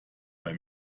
bei